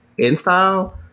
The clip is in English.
InStyle